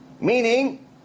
Meaning